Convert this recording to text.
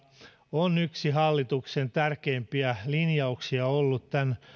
on yksi hallituksen tärkeimpiä linjauksia ollut tämän